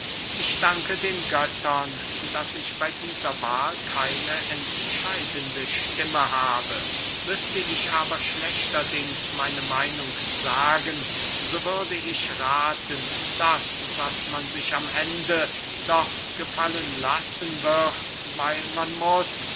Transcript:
ich danke den göttern daß ich bey dieser wahl keine entscheidende stimme habe müßte ich aber schlechterdings meine meinung sagen so würde ich rathen das was man sich am ende doch gefallen lassen wird weil man muß